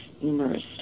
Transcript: numerous